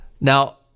Now